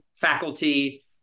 faculty